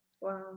Wow